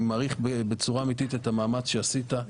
אני מעריך בצורה אמיתית את המאמץ שעשית.